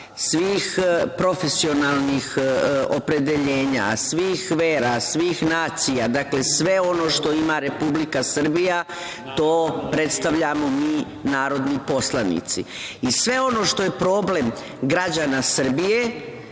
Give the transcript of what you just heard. svih profesionalnih opredeljenja, svih vera, svih nacija. Dakle, sve ono što ima Republika Srbija, to predstavljamo mi, narodni poslanici i sve ono što je problem građana Srbije,